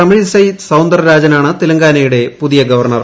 തമിൾസായ് സൌന്ദര രാജനാണ് തെലങ്കാനയുടെ പുതിയ് ഗവർണർ